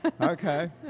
Okay